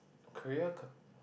career cap~